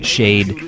Shade